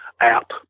app